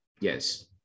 Yes